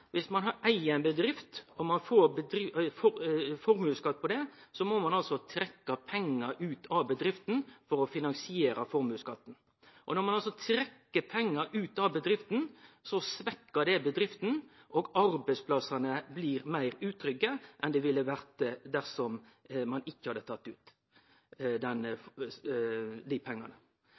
viss ein eig ei bedrift og får formuesskatt på det, trekkje pengar ut av bedrifta for å finansiere formuesskatten. Når ein trekk pengar ut av bedrifta, svekkjer det bedrifta, og arbeidsplassane blir meir utrygge enn dei ville vore dersom ein ikkje hadde tatt ut dei pengane.